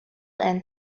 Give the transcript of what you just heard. and